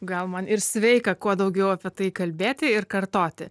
gal man ir sveika kuo daugiau apie tai kalbėti ir kartoti